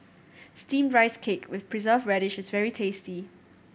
Steamed Rice Cake with Preserved Radish is very tasty